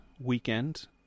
weekend